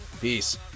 Peace